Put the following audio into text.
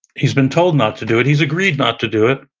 he's been told not to do it, he's agreed not to do it,